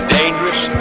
dangerous